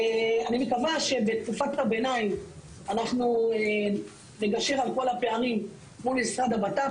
אני מקווה שבתקופת הביניים אנחנו נגשר על כל הפערים מול משרד הבט"פ.